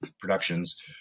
Productions